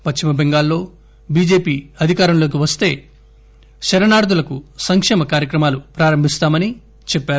పశ్చిమబెంగాల్లో BJP అధికారంలోకి వస్తే శరణార్థులకు సంకేమ కార్యక్రమాలు ప్రారంభిస్తామని చెప్పారు